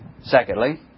Secondly